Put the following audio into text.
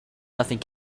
nothing